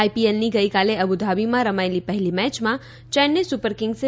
આઈપીએલની ગઈકાલે અબુધાબીમાં રમાયેલી પહેલી મેચમાં ચેન્નાઈ સુપર કિંગ્સે